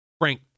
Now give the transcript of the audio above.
Frank